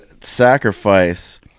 sacrifice